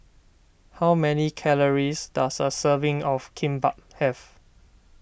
how many calories does a serving of Kimbap have